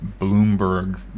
Bloomberg